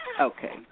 Okay